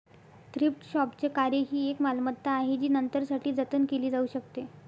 thrift शॉपचे कार्य ही एक मालमत्ता आहे जी नंतरसाठी जतन केली जाऊ शकते